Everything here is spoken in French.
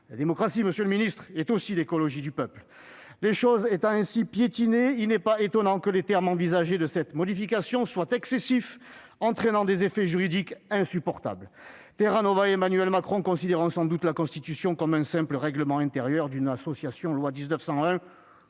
La démocratie, monsieur le garde des sceaux, est aussi l'écologie du peuple ! Les choses étant ainsi piétinées, il n'est pas étonnant que les termes envisagés de cette révision soient excessifs et qu'ils emportent des effets juridiques insupportables. Terra Nova et Emmanuel Macron considèrent sans doute la Constitution comme le simple règlement intérieur d'une association loi 1901